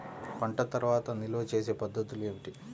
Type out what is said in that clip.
పంట తర్వాత నిల్వ చేసే పద్ధతులు ఏమిటి?